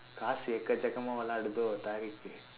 காசு எக்கச்சக்கமா விளையாடுதோ:kaasu ekkachsakkamaa vilaiyaaduthoo